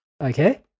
okay